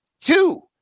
two